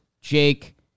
Jake